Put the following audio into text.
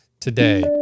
today